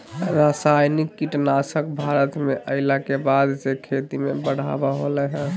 रासायनिक कीटनासक भारत में अइला के बाद से खेती में बढ़ावा होलय हें